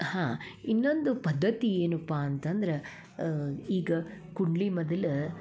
ಹಾಂ ಇನ್ನೊಂದು ಪದ್ಧತಿ ಏನಪ್ಪ ಅಂತಂದ್ರೆ ಈಗ ಕುಂಡಲಿ ಮೊದಲು